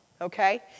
okay